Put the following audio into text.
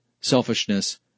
selfishness